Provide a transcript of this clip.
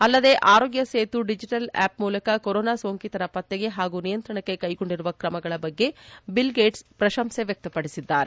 ಅಲ್ಲದೆ Aarogya Setu digital app ಮೂಲಕ corona ಸೋಂಕಿತರ ಪತ್ತೆಗೆ ಹಾಗೂ ನಿಯಂತ್ರಣಕ್ಕೆ ಕೈಗೊಂಡಿರುವ ಕ್ರಮಗಳ ಬಗ್ಗೆ ಬಿಲಿಗೇಟ್ಸ್ ಪ್ರಶಂಸೆ ವ್ಯಕ್ತಪಡಿಸಿದ್ದಾರೆ